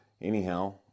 anyhow